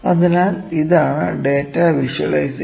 അതിനാൽ ഇതാണ് data visualisation